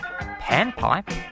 panpipe